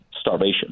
starvation